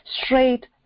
straight